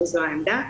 וזו העמדה.